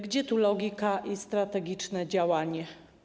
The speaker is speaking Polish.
Gdzie tu logika i strategiczne działanie?